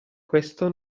questo